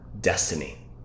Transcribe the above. destiny